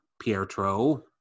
Pietro